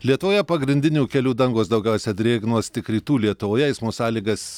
lietuvoje pagrindinių kelių dangos daugiausiai drėgnos tik rytų lietuvoje eismo sąlygas